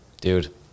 dude